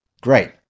Great